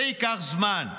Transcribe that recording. זה ייקח זמן.